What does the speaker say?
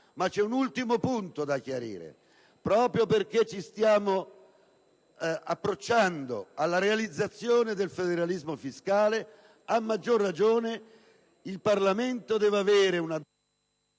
però un unico punto da chiarire: proprio perché ci stiamo avvicinando alla realizzazione del federalismo fiscale, a maggior ragione il Parlamento deve avere un